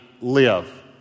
live